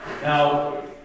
Now